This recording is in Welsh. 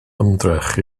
ymdrech